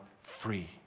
free